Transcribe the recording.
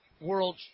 world